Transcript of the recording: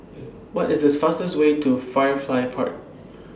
What IS This fastest Way to Firefly Park